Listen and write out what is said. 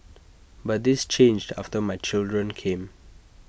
but this changed after my children came